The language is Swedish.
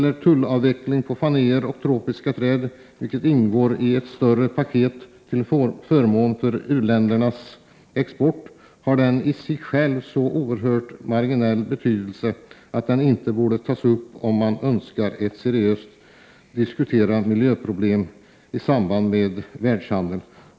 En tullavveckling för faner och tropiska träd, vilken ingår i ett större paket till förmån för u-ländernas export, har i sig själv en så marginell betydelse att den inte borde tas upp om man önskar att seriöst diskutera miljöproblemen i samband med världshandeln.